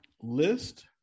List